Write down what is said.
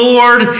Lord